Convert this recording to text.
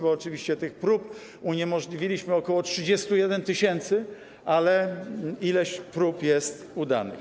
Bo oczywiście tych prób uniemożliwiliśmy ok. 31 tys., ale ileś prób jest udanych.